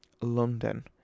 London